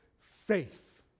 faith